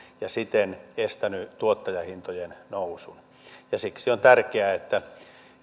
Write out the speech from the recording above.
ja siten estänyt tuottajahintojen nousun siksi on tärkeää että